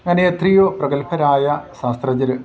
അങ്ങനെ എത്രയോ പ്രഗൽഭരായ ശാസ്ത്രജ്ഞർ